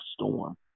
storm